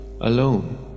alone